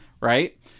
right